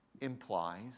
implies